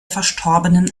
verstorbenen